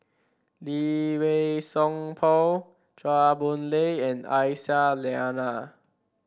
Lee Wei Song Paul Chua Boon Lay and Aisyah Lyana